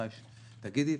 מתי שתגידי,